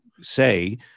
say